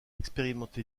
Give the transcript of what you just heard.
expérimenté